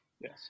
Yes